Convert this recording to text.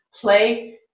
play